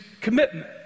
commitment